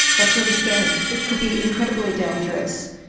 that's really scary. it could be incredibly dangerous.